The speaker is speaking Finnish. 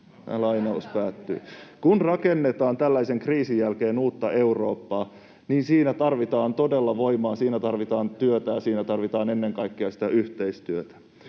Kun rakennetaan tällaisen kriisin jälkeen uutta Eurooppaa, niin siinä tarvitaan todella voimaa, siinä tarvitaan työtä ja siinä tarvitaan ennen kaikkea yhteistyötä.